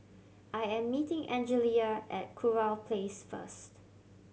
I am meeting Angelia at Kurau Place first